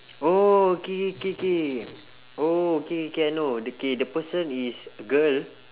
oh okay K K oh okay K I know the K the person is girl